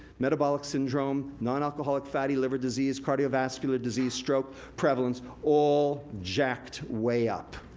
metabolic syndrome, non-alcoholic fatty liver disease, cardiovascular disease, stroke prevalence, all jacked way up,